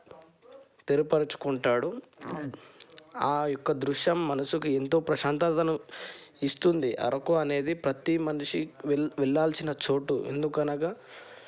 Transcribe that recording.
తెరపరచుకుంటాడు ఆ యొక్క దృశ్యం మనసుకు ఎంతో ప్రశాంతతను ఇస్తుంది అరకు అనేది ప్రతి మనిషి వె వెళ్ళాల్సిన చోటు ఎందుకనగా